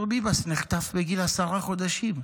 כפיר ביבס נחטף בגיל עשרה חודשים.